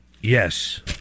Yes